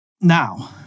Now